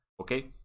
okay